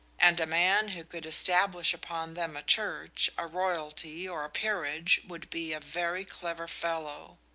and a man who could establish upon them a church, a royalty, or a peerage, would be a very clever fellow.